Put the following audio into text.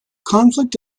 conflict